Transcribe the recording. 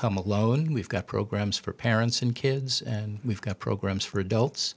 come alone we've got programs for parents and kids and we've got programs for adults